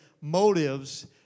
motives